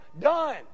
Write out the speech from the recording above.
done